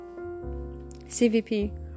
CVP